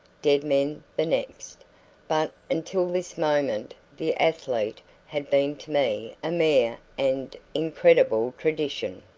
dead men the next but until this moment the athlete had been to me a mere and incredible tradition.